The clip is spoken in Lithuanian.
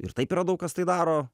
ir taip yra daug kas tai daro